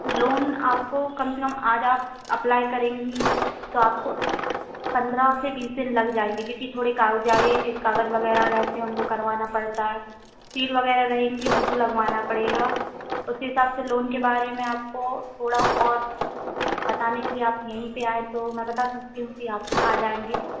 loan आपको कम से कम आज आप अप्लाई करेंगी तो आपको पंद्रह से बीस दिन लग जाएंगे क्योंकि थोड़े कागजाई कागज वगैरह रहते हैं उनको करवाना पड़ता है सील वगैरह रहेंगी उनको लगवाना पड़ेगा उसके हिसाब से लोन के बारे में आपको थोड़ा और बताने के लिए आप यहीं पर आएं तो मैं बता सकती हूँ कि आज आएंगी तो